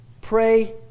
Pray